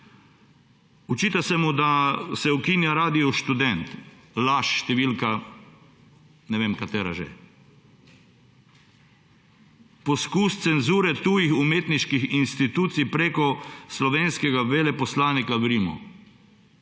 Očita se mu, da se ukinja Radio Študent. Laž številka ne vem katera že. Poskus cenzure tujih umetniških institucij preko slovenskega veleposlanika v Rimu.